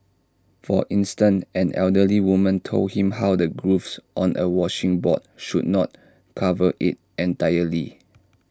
for instant an elderly woman told him how the grooves on A washing board should not cover IT entirely